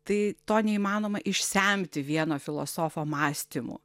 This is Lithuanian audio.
tai to neįmanoma išsemti vieno filosofo mąstymu